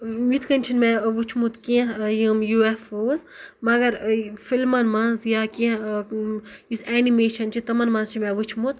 یِتھ کنۍ چھُ نہٕ مےٚ وُچھمُت کینٛہہ یِم یو ایف اوز مگر فِلمَن منٛز یا کینٛہہ یُس ایٚنِمیشَن چھِ تِمَن منٛز چھُ مےٚ وُچھمُت